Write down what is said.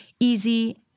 easy